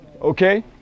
Okay